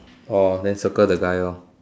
orh then circle the guy lor